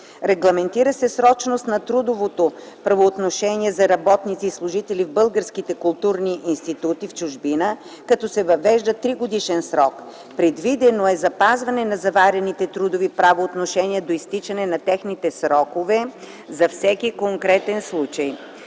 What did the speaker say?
Регламентира се срочност на трудовото правоотношение за работниците и служителите в българските културни институти в чужбина, като се въвежда тригодишен срок. Предвидено е запазване на заварените трудови правоотношения до изтичане на техните срокове за всеки конкретен случай.